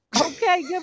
okay